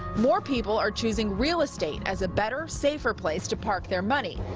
more people are choosing real estate as a better, safer place to park their money.